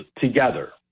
together